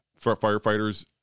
firefighters